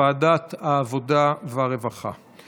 לוועדת העבודה והרווחה נתקבלה.